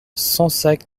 sansac